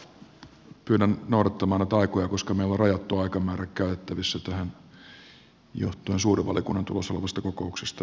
arvoisa edustaja pyydän noudattamaan näitä aikoja koska meillä on rajattu aikamäärä käytettävissä tähän johtuen suuren valiokunnan tulossa olevasta kokouksesta